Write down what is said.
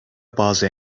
bazı